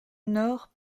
nord